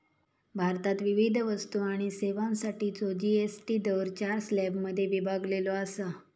भारतात विविध वस्तू आणि सेवांसाठीचो जी.एस.टी दर चार स्लॅबमध्ये विभागलेलो असा